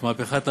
מהפכת המידע,